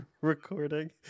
recording